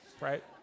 right